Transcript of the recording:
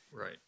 Right